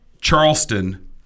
Charleston